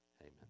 amen